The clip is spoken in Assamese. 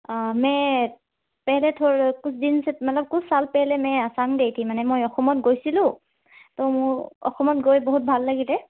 মে পেহলে মতলব কুচ চাল পেহলে মে আছাম গয়ি থি মানে মই অসমত গৈছিলোঁ তো মোৰ অসমত গৈ বহুত ভাল লাগিলে